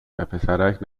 وپسرک